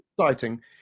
Exciting